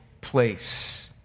place